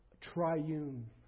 triune